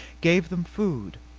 gave them food.